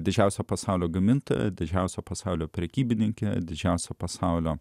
didžiausio pasaulio gamintojų didžiausio pasaulio prekybininkė didžiausia pasaulio